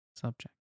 subject